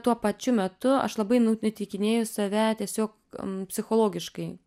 tuo pačiu metu aš labai nuteikinėju save tiesiog psichologiškai